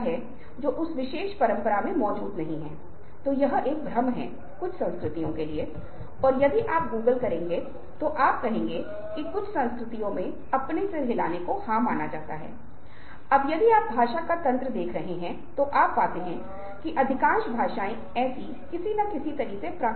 यदि आपके पास एक विश्वास है कि आप मजबूत हैं आप दृढ़ हैं आप उद्देश्य हैं और राजी नहीं किया जा सकते है मैं अभी जो कर रहा हूं वह आपको समझाने की कोशिश कर रहा है कि आप राजी हो सकते हैं इस तथ्य को देखने की कोशिश करें कि आप राजी हो सकते हैं यदि आप मुझसे सहमत हैं तो मैं सफल रहा हूं यह अनुनय का पहला कार्य है जो मैं इस सत्र के इस वर्ग में करता हूं